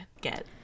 get